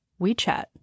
WeChat